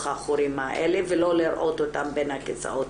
החורים האלה ולא לראות אותם בין הכיסאות.